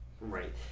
Right